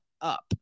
up